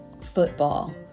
football